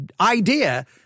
idea –